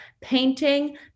painting